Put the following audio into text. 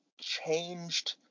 changed